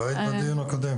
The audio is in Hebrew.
לא היית בדיון הקודם?